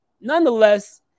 nonetheless